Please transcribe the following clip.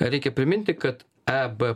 reikia priminti kad e b